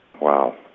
Wow